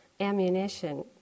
ammunition